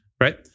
Right